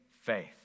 faith